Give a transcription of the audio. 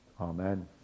Amen